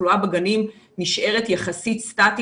התחלואה בגנים נשארת יחסית סטטית,